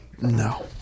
No